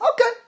okay